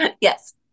yes